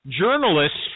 journalists